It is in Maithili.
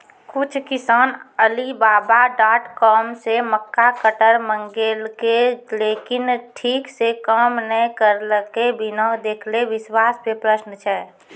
कुछ किसान अलीबाबा डॉट कॉम से मक्का कटर मंगेलके लेकिन ठीक से काम नेय करलके, बिना देखले विश्वास पे प्रश्न छै?